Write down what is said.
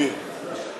מי?